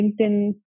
LinkedIn